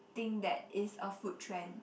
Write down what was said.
think that is a food trend